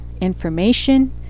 information